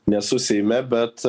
nesu seime bet